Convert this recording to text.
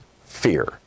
fear